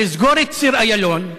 לסגור את ציר איילון,